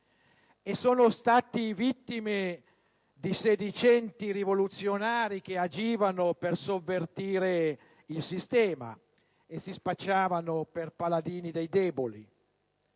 e sono stati vittime di sedicenti rivoluzionari che agivano per sovvertire il sistema e si spacciavano per paladini dei deboli.